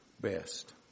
best